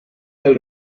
del